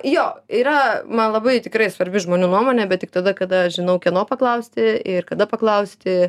jo yra man labai tikrai svarbi žmonių nuomonė bet tik tada kada žinau kieno paklausti ir kada paklausti